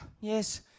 Yes